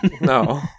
No